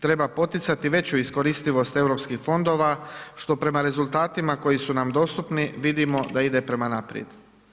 Treba poticati veću iskoristivost Europskih fondova što prema rezultatima koji su nam dostupni vidimo da ide prema naprijed.